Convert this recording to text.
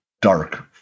dark